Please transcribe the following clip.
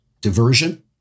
diversion